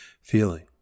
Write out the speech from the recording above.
feeling